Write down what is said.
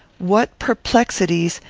what perplexities,